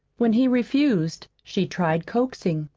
when he refused she tried coaxing,